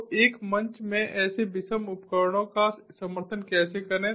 तो एक मंच में ऐसे विषम उपकरणों का समर्थन कैसे करें